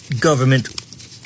government